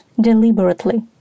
deliberately